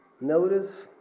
Notice